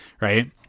right